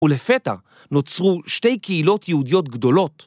ולפתע נוצרו שתי קהילות יהודיות גדולות.